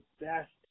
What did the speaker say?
best